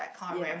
ya